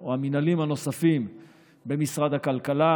או המינהלים הנוספים במשרד הכלכלה,